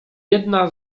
jedna